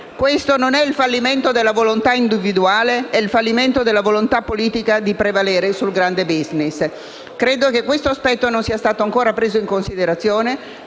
Questo non è il fallimento della volontà individuale. È il fallimento della volontà politica di prevalere sul grande *business*». Credo che questo aspetto non sia stato ancora preso in considerazione.